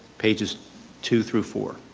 pages two through four.